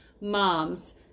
Moms